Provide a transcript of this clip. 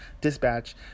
dispatch